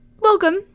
welcome